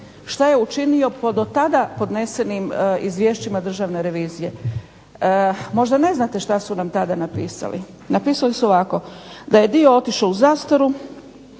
što je učinio po do tada podnesenim izvješćima Državne revizije. Možda ne znate što su nam tada napisali. Napisali su ovako da je dio otišao u zastaru,